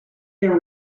their